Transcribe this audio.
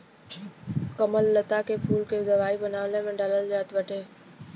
कमललता के फूल के दवाई बनवला में डालल जात बाटे